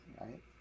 right